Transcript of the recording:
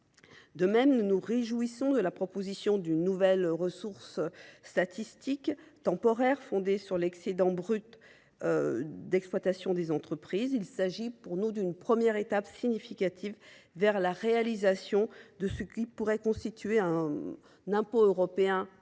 De même, nous nous réjouissons de la proposition d’une nouvelle ressource statistique temporaire fondée sur l’excédent brut d’exploitation des entreprises. Il s’agit d’une première étape significative vers la réalisation de ce qui pourrait constituer un impôt européen